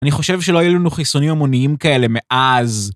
אני חושב שלא היו לנו חיסונים המוניים כאלה מאז